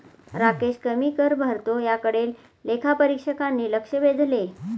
राकेश कमी कर भरतो याकडे लेखापरीक्षकांनी लक्ष वेधले